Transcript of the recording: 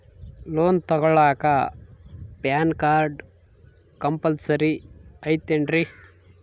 Loan ತೊಗೊಳ್ಳಾಕ PAN card compulsory ಐಯ್ತೇನ್ರಿ?